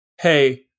Hey